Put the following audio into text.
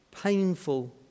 painful